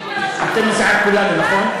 אתם מסיעת כולנו, נכון?